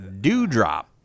Dewdrop